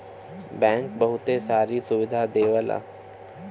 bank बहुते सारी सुविधा देवला